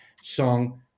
Song